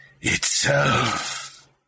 itself